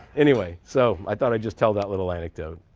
anyway, so i thought i'd just tell that little anecdote.